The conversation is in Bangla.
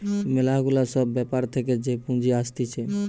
ম্যালা গুলা সব ব্যাপার থাকে যে পুঁজি আসতিছে